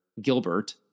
Gilbert